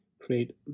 create